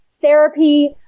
therapy